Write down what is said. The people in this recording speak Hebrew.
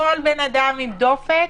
כול בן אדם עם דופק